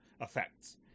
effects